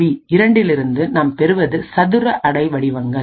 பிஇரண்டிலிருந்து நாம் பெறுவது சதுர அலைவடிவங்கள்